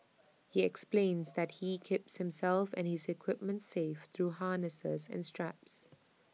he explains that he keeps himself and his equipment safe through harnesses and straps